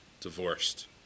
divorced